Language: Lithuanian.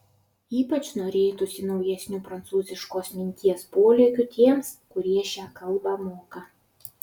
ypač norėtųsi naujesnių prancūziškos minties polėkių tiems kurie šią kalbą moka